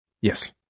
Yes